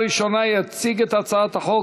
לוועדת הכספים נתקבלה.